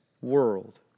world